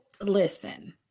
listen